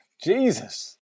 Jesus